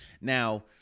Now